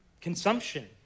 consumption